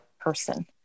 person